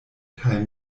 kaj